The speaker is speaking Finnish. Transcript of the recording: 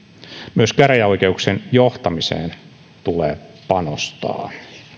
myös käräjäoikeuksien johtamiseen tulee panostaa